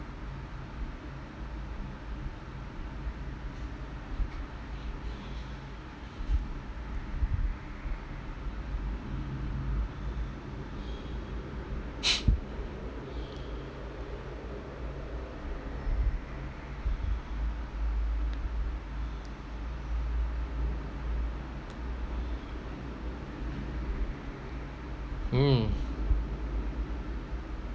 mm